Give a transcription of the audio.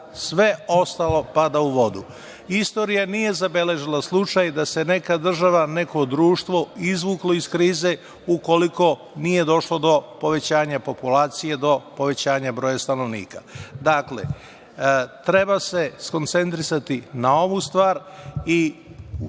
sve ostalo pada u vodu. Istorija nije zabeležila slučaj da se neka država, neko društvo izvuklo iz krize ukoliko nije došlo do povećanja populacije, do povećanja broja stanovnika. Dakle, treba se skoncentrisati na ovu stvar i čitav